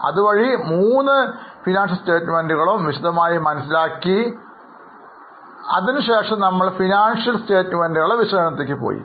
അതുവഴി മൂന്ന് പ്രസ്താവനകളും വിശദമായി മനസ്സിലാക്കി ശേഷം നമ്മൾ സാമ്പത്തിക പ്രസ്താവനകളുടെ വിശകലനത്തിലേക്കാണ് പോയത്